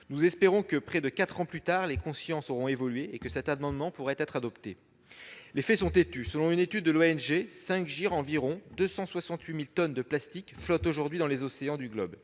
Nous espérons que, quatre années ayant passé, les consciences auront évolué et que cet amendement pourra être adopté. Les faits sont têtus : selon une étude de l'ONG 5 Gyres, environ 268 000 tonnes de plastiques flottent aujourd'hui dans les océans du globe,